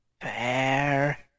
Fair